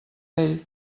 vell